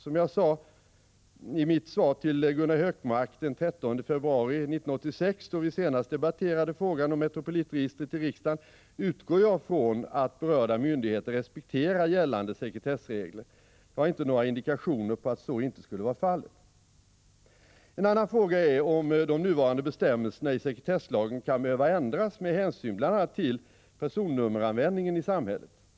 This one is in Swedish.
Som jag sade i mitt svar till Gunnar Hökmark den 13 februari 1986, då vi senast debatterade frågan om Metropolitregistret i riksdagen, utgår jag från att berörda myndigheter respekterar gällande sekretessregler. Jag har inte några indikationer på att så inte skulle vara fallet. En annan fråga är om de nuvarande bestämmelserna i sekretesslagen kan behöva ändras med hänsyn bl.a. till personnummeranvändningen i samhället.